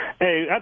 Hey